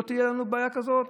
לא תהיה לנו בעיה כזאת.